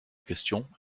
question